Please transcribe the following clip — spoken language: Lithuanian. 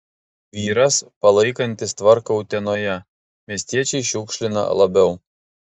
vyras palaikantis tvarką utenoje miestiečiai šiukšlina labiau